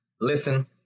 listen